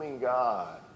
god